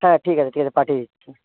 হ্যাঁ ঠিক আছে ঠিক আছে পাঠিয়ে দিচ্ছি